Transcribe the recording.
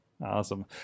Awesome